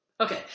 Okay